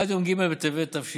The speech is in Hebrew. עד יום ג' בטבת תש"ף,